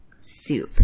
soup